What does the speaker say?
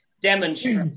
demonstrate